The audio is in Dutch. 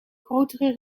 grotere